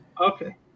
Okay